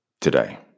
today